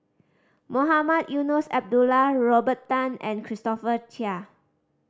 Mohamed Eunos Abdullah Robert Tan and Christopher Chia